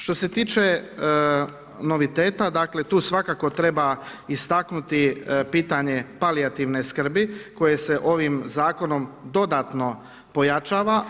Što se tiče noviteta tu svakako treba istaknuti pitanje palijativne skrbi koje se ovim zakonom dodatno pojačava.